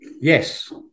Yes